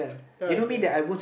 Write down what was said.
that's what I say